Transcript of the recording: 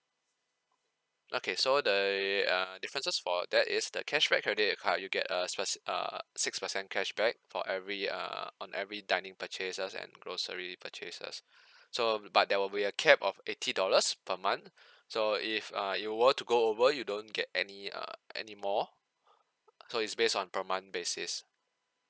okay so the err differences for that is the cashback credit card you get a speci~ uh six percent cashback for every err on every dining purchases and grocery purchases so um but there will be a cap of eighty dollars per month so if uh if you were to go over you don't get any uh anymore so it's based on per month basis